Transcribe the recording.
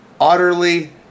utterly